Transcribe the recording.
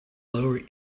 lower